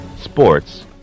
sports